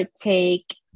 take